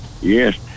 Yes